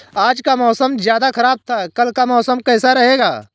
आज का मौसम ज्यादा ख़राब था कल का कैसा रहेगा?